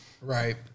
Right